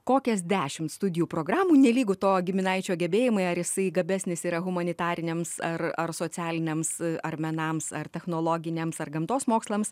kokias dešimt studijų programų nelygu to giminaičio gebėjimai ar jisai gabesnis yra humanitariniams ar ar socialiniams ar menams ar technologiniams ar gamtos mokslams